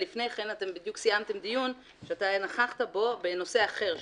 ולפני כן אתם בדיוק סיימתם דיון בנושא אחר,